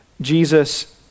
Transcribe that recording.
Jesus